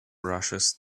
rushes